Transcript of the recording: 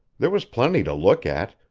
there was plenty to look at,